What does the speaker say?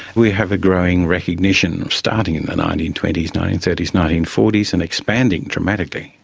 we have a growing recognition, starting in the nineteen twenty s, nineteen thirty s, nineteen forty s and expanding dramatically,